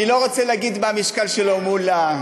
אני לא רוצה לומר מה המשקל שלו מול,